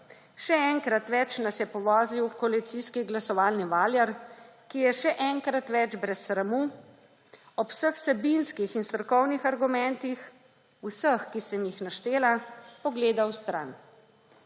še enkrat več nas je povozil koalicijski glasovalni valjar, ki je še enkrat več brez sramu ob vseh vsebinskih in strokovnih argumentih vseh, ki sem jih naštela, pogledal stran.